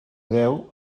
deu